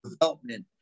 development